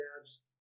dad's